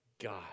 God